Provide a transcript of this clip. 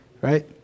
right